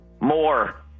More